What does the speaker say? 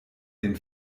den